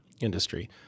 industry